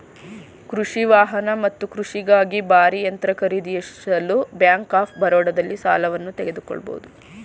ಕೃಷಿ ವಾಹನ ಮತ್ತು ಕೃಷಿಗಾಗಿ ಭಾರೀ ಯಂತ್ರ ಖರೀದಿಸಲು ಬ್ಯಾಂಕ್ ಆಫ್ ಬರೋಡದಲ್ಲಿ ಸಾಲವನ್ನು ತೆಗೆದುಕೊಳ್ಬೋದು